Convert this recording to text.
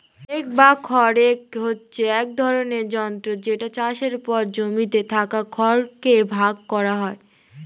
হে rake বা খড় rake হচ্ছে এক ধরণের যন্ত্র যেটা চাষের পর জমিতে থাকা খড় কে ভাগ করা হয়